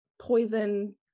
poison